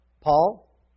Paul